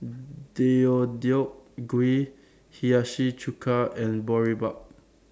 Deodeok Gui Hiyashi Chuka and Boribap